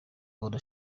ahora